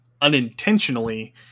unintentionally